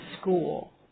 school